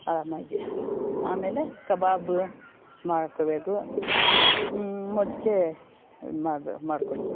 ಆರಾಮಾಗಿ ಆಮೇಲೆ ಕಬಾಬು ಮಾಡ್ಕೋಬೇಕು ಮಜ್ಜಿಗೆ ಮಾಡಿ ಮಾಡಿಕೊಳ್ಳಿ